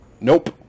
nope